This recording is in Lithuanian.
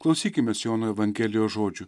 klausykimės jono evangelijos žodžių